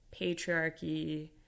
patriarchy